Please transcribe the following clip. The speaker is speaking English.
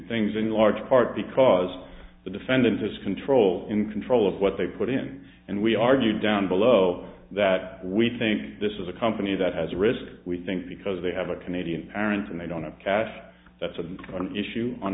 things in large part because the defendant has control in control of what they put in and we argue down below that we think this is a company that has a risk we think because they have a canadian parent and they don't have cast that's an issue on